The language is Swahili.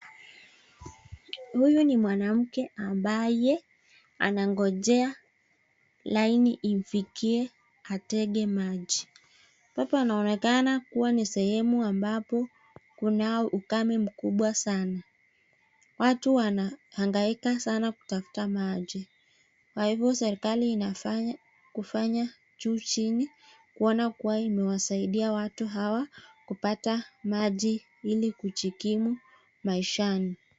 Huyu ni mwanamke ambaye anangonjea laini imfikie atege maji hapa panaonekana kuwa sehemu ambapo kunao ukame mkubwa sana watu wanahangaika sana kutafta maji kwa hivyo serikali inafaa kufanya juu chini kuona kuwa imewasaidia watu hawa kupata maji ili kujikimu maishani.